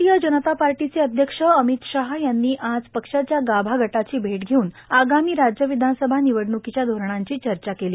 भारतीय जनता पार्टीचे अध्यक्ष अमित शाह यांनी आज पक्षाच्या गाभा गटाची भेट घेवून आगामी राज्य विधानसभा निवडणुकीच्या धोरणांची चर्चा केली